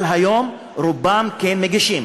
אבל היום רובן כן מגישות.